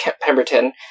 Pemberton